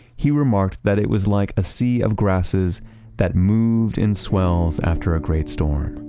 he remarked that it was like a sea of grasses that moved in swells after a great storm